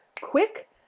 quick